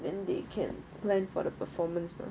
then they can plan for the performance mah